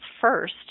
first